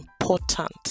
important